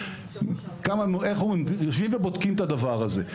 לא יושבים ובודקים את הדבר הזה.